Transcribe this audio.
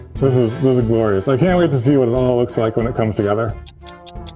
this is glorious, i can't wait to see what it all looks like when it comes together.